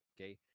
Okay